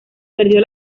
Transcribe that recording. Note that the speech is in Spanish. perdió